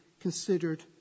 considered